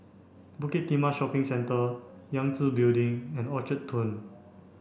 Bukit Timah Shopping Centre Yangtze Building and Orchard Turn